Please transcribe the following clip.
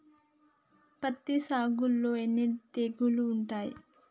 పత్తి సాగులో ఎన్ని తెగుళ్లు ఉంటాయి?